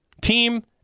team